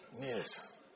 Yes